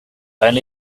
only